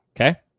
okay